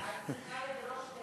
מרוקאית,